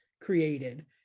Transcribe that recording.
created